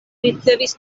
ricevis